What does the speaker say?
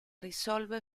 risolve